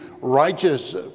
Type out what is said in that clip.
righteous